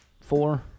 four